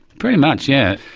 pretty much, yes.